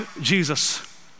Jesus